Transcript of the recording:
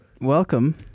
welcome